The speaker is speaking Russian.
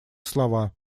слова